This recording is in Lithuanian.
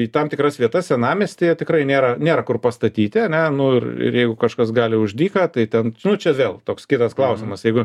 į tam tikras vietas senamiestyje tikrai nėra nėra kur pastatyti ane nu ir ir jeigu kažkas gali už dyką tai ten čia vėl toks kitas klausimas jeigu